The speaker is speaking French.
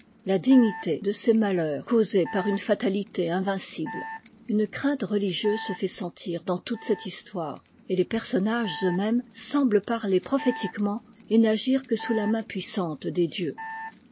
la dignité de ces m s heurs eausés par une fatalité invincible une crainte religieuse se fait sentir dans toute cette histoire et les personnages eux-mêmes semblent parler prophétiquement et n'agir que sous la main puissante des dieux